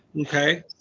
Okay